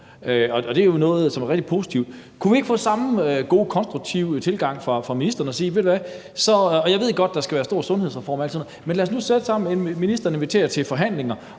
og det er jo noget, som er rigtig positivt. Kunne vi ikke få samme gode, konstruktive tilgang fra ministerens side? Jeg ved godt, der skal være stor sundhedsreform og alt sådan noget, men lad os nu sætte os sammen, når ministeren inviterer til forhandlinger